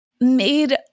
made